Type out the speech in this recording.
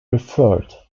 referred